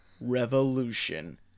revolution